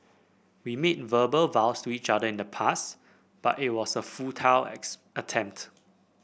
we made verbal vows to each other in the past but it was a futile attempt